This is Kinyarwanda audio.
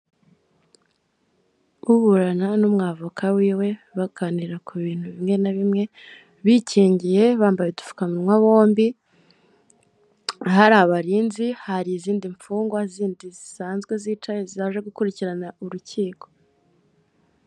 Uburana n'umwavoka wiwe, baganira ku bintu bimwe na bimwe, bikingiye bambaye udupfukawa bombi, hari abarinzi, hari izindi mfungwa zindi zisanzwe zicaye zaje gukurikirana urukiko.